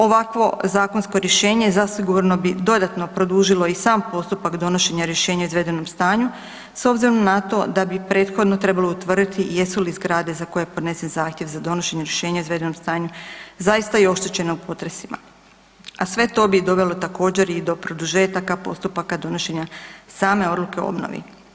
Ovakvo zakonsko rješenje zasigurno bi dodatno produžilo i sam postupak donošenja rješenja o izvedenom stanju s obzirom na to da bi prethodno trebalo utvrditi jesu li zgrade za koje je podnesen zahtjev za donošenje rješenja o izvedenom stanju zaista i oštećene u potresima, a sve to bi dovelo također i do produžetaka postupaka donošenja same odluke o obnovi.